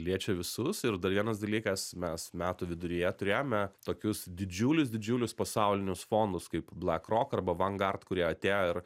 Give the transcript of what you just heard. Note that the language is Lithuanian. liečia visus ir dar vienas dalykas mes metų viduryje turėjome tokius didžiulius didžiulius pasaulinius fondus kaip blakrok arba vangard kurie atėjo ir